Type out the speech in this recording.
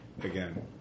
again